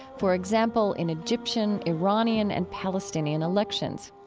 for example, in egyptian, iranian and palestinian elections.